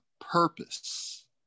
purpose